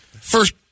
First